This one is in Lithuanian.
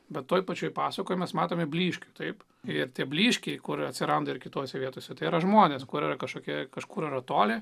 bet toje pačioje pasakojimas matomi blyškiu taip ir tie blyškiai kur atsiranda ir kitose vietose tai yra žmonės kurie yra kažkokie kažkur toli